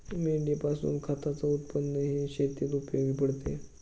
मेंढीपासून खताच उत्पन्नही शेतीत उपयोगी पडते